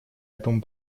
этому